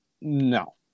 No